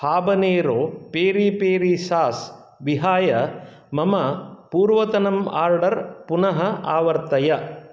habanero peri peri sauce विहाय मम पूर्वतनं आर्डर् पुनः आवर्तय